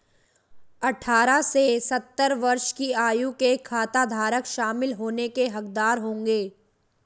अठारह से सत्तर वर्ष की आयु के खाताधारक शामिल होने के हकदार होंगे